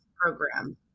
program